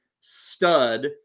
stud